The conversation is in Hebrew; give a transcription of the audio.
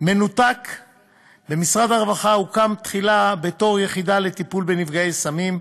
מנותק במשרד הרווחה הוקם תחילה בתור יחידה לטיפול בנפגעי סמים.